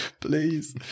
please